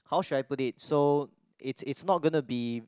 how should I put it so it's it's not gonna to be